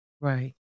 Right